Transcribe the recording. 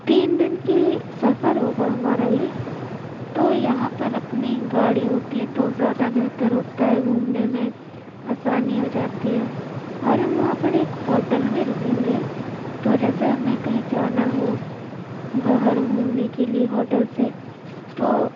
تین دن کی سفر ہوگا ہمارا یہ تو یہاں پر اپنی گاڑی ہوتی ہے تو زیادہ بہتر ہوتا ہے گھومنے میں آسانی ہو جاتی ہے اور ہم وہاں پر ایک ہوٹل میں رکیں گے تو جیسے ہمیں کہیں جانا ہو باہر گھومنے کے لیے ہوٹل سے تو